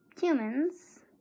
humans